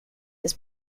his